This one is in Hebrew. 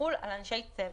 יחול על אנשי צוות.